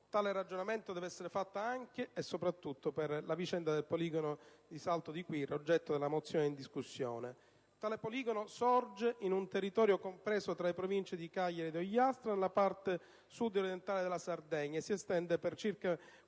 Tale ragionamento deve essere fatto anche e soprattutto per la vicenda del poligono di Salto di Quirra, oggetto della mozione in discussione. Tale poligono sorge in un territorio compreso tra le Province di Cagliari ed Ogliastra, nella parte Sud-orientale della Sardegna, e si estende per circa